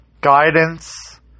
guidance